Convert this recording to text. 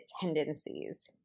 tendencies